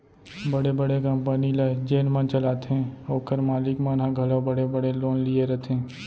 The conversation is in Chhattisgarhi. बड़े बड़े कंपनी ल जेन मन चलाथें ओकर मालिक मन ह घलौ बड़े बड़े लोन लिये रथें